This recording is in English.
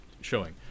showing